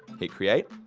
hit create.